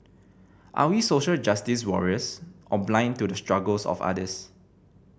are we social justice warriors or blind to the struggles of others